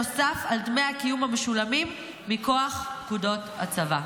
נוסף על דמי הקיום המשולמים מכוח פקודות הצבא.